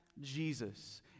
Jesus